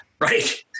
right